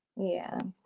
yeah.